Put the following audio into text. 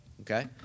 Okay